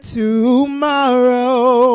tomorrow